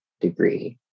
degree